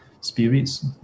spirits